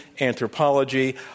anthropology